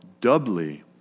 doubly